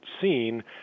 seen